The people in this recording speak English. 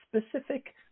specific